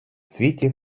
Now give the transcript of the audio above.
світі